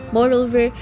Moreover